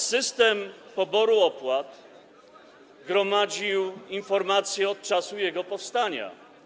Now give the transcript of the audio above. System poboru opłat gromadził informacje od czasu jego powstania.